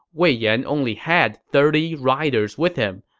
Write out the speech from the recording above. wei yan only had thirty riders with him,